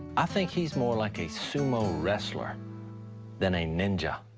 i think he's more like a sumo wrestler than a ninja.